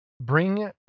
bring